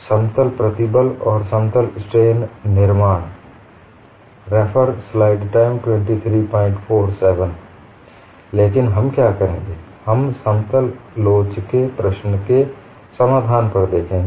समतल प्रतिबल और समतल स्ट्रेन निर्माण लेकिन हम क्या करेंगे हम समतल लोच के प्रश्न के समाधान पर देखेंगें